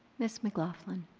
ms. mclaughlin.